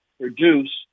produce